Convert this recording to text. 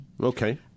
Okay